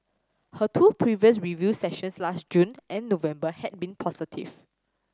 her two previous review sessions last June and November had been positive